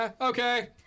Okay